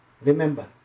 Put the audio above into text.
Remember